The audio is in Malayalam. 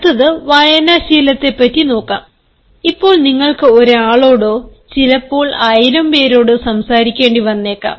അടുത്തത് വായനാ ശീലത്തിനെപ്പറ്റി നോക്കാംഇപ്പോൾ നിങ്ങൾക്ക് ഒരാളോടൊ ചിലപ്പോൾ ആയിരം പേരോടോ സംസാരിക്കേണ്ടി വന്നേക്കാം